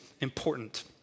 important